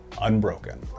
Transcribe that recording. unbroken